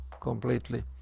completely